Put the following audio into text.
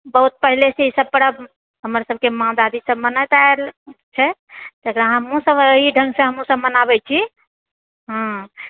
बहुत पहिलेसँ ई सब परब हमरा सभकेँ माँ दादी सब मनात आल छै तेकरा हमहुँ सब एहि ढंगसँ हमहुँ सब मनाबए छी हूँ